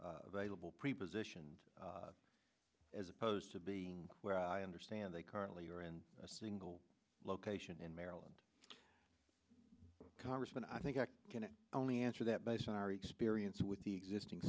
vailable prepositioned as opposed to being where i understand they currently are in a single location in maryland congressman i think i can only answer that based on our experience with the existing